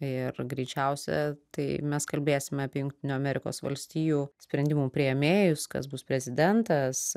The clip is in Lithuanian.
ir greičiausia tai mes kalbėsime apie jungtinių amerikos valstijų sprendimų priėmėjus kas bus prezidentas